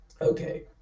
okay